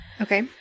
Okay